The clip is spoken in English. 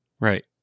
Right